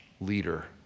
leader